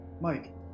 Mike